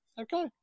okay